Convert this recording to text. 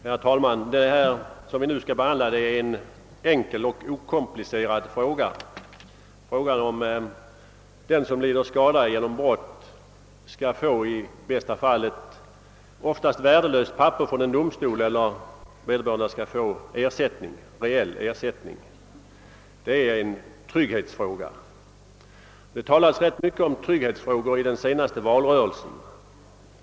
Herr talman! Vi skall nu behandla en. enkel och okomplicerad fråga, nämligen. huruvida den som lider skada genom brott skall i bästa fall få ett oftast vär-- delöst papper från en domstol eller om vederbörande skall få en ersättning, en reell ersättning. Det är en trygghetsfråga. Det talades ganska mycket om trygg-- hetsfrågor i den senaste valrörelsen.